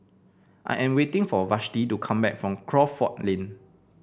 I am waiting for Vashti to come back from Crawford Lane